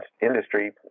industry